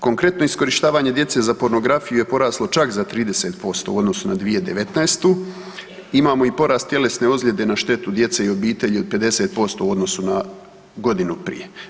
Konkretno iskorištavanje djece za pornografiju je poraslo čak za 30% u odnosu na 2019., imamo i porast tjelesne ozljede na štetu djece i obitelji od 50% u odnosu na godinu prije.